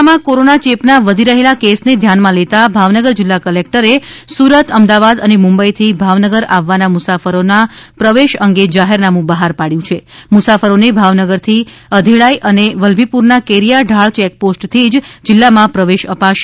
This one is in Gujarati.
જિલ્લામાં કોરોના ચેપના વધી રહેલા કેસને ધ્યાનમાં લેતા ભાવનગર જિલ્લા કલેક્ટર સુરત અમદાવાદ અને મુંબઇથી ભાવનગર આવવાના મુસાફરોનો પ્રવેસ અંગે જાહેરનામુ બહાર પાડ્યું છે મુસાફરોને ભાવનગરથી અઘેળાઇ અને વલ્લભીપુરના કેરીયા ઢાળ ચેકપોસ્ટથી જ જિલ્લામાં પ્રવેશ અપાશે